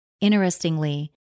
Interestingly